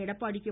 Edappadi K